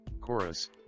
Chorus